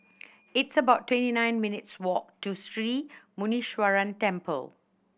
it's about twenty nine minutes' walk to Sri Muneeswaran Temple